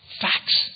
facts